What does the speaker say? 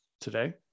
today